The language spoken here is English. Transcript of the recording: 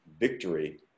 victory